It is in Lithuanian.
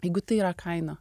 jeigu tai yra kaina